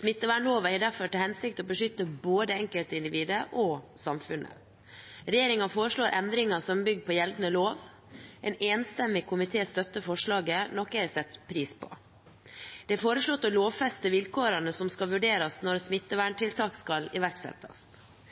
Smittevernloven har derfor til hensikt å beskytte både enkeltindividet og samfunnet. Regjeringen foreslår endringer som bygger på gjeldende lov. En enstemmig komité støtter forslaget, noe jeg setter pris på. Det er foreslått å lovfeste vilkårene som skal vurderes når smitteverntiltak skal iverksettes.